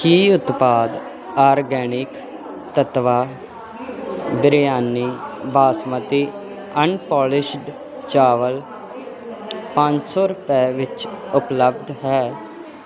ਕੀ ਉਤਪਾਦ organic Tattva biryani basmati unpolished ਚਾਵਲ ਪੰਜ ਸੌ ਰੁਪਏ ਵਿੱਚ ਉਪਲੱਬਧ ਹੈ